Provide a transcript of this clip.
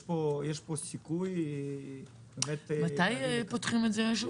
לפי החוק הישראלי יש פה סיכוי -- מתי פותחים את זה?